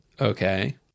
Okay